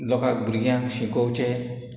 लोकांक भुरग्यांक शिकोवचे